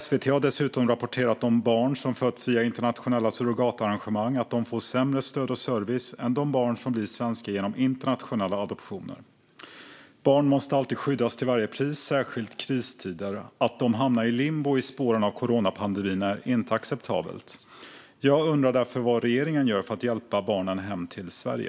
SVT har dessutom rapporterat om att barn som fötts via internationella surrogatarrangemang får sämre stöd och service än de barn som blir svenska genom internationella adoptioner. Barn måste alltid skyddas till varje pris, särskilt i kristider. Att de hamnar i limbo i spåren av coronapandemin är inte acceptabelt. Jag undrar därför vad regeringen gör för att hjälpa barnen hem till Sverige.